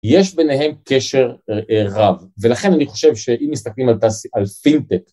יש ביניהם קשר רב, ולכן אני חושב שאם מסתכלים על פינטק